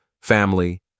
family